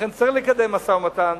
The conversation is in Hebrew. לכן צריך לקדם משא-ומתן,